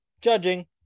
judging